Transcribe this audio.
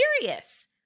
serious